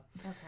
Okay